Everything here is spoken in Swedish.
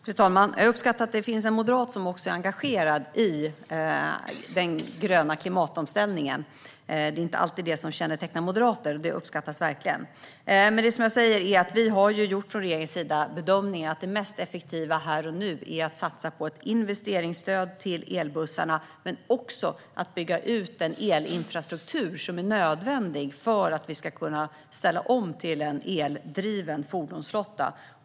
Fru talman! Jag uppskattar att det finns en moderat som är engagerad i den gröna klimatomställningen. Det är inte alltid det som kännetecknar moderater. Detta uppskattas verkligen. Det som jag säger är att vi från regeringens sida har gjort bedömningen att det mest effektiva här och nu är att satsa på ett investeringsstöd till elbussarna, men också att bygga ut den elinfrastruktur som är nödvändig för att vi ska kunna ställa om till en eldriven fordonsflotta.